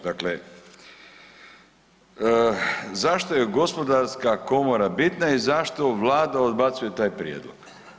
Dakle, zašto je gospodarska komora bitna i zašto Vlada odbacuje taj prijedlog?